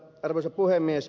arvoisa puhemies